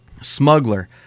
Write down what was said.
Smuggler